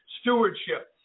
stewardship